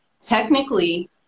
Technically